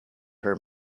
her